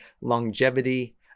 Longevity